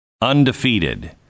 undefeated